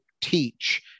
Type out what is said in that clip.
teach